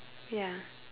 ya